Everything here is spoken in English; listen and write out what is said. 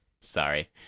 Sorry